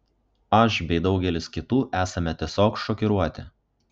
aš bei daugelis kitų esame tiesiog šokiruoti